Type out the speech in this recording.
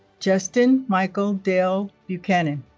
justin michael dale buchanan